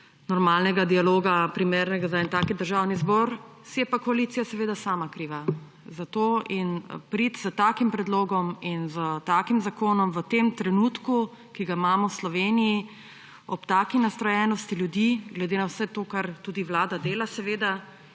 normalnega dialoga, primernega za en tak državni zbor. Si je pa koalicija seveda sama kriva za to in priti s takim predlogom in s takim zakonom v tem trenutku, ki ga imamo v Sloveniji, ob taki nastrojenosti ljudi, glede na vse to, kar tudi Vlada dela seveda,